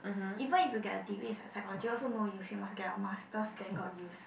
even if you get a degree in psychology also no use you must get a master then got use